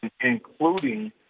including